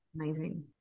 Amazing